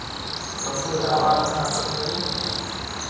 ಕಬ್ಬು ಯಾವಾಗ ಹಾಕಬೇಕು?